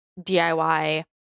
DIY